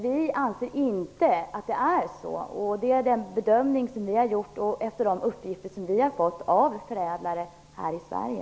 Vi anser inte att den motiveringen håller. Det är en bedömning som vi har gjort på de uppgifter som vi har fått av förädlare här i Sverige.